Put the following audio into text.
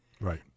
Right